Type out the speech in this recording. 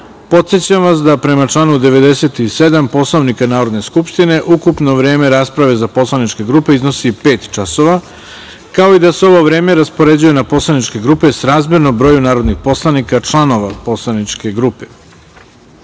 podsećam vas da prema članu 97. Poslovnika Narodne skupštine ukupno vreme rasprave za poslaničke grupe iznosi pet časova, kao i da se ovo vreme raspoređuje na poslaničke grupe srazmerno broju narodnih poslanika članova poslaničke grupe. Molim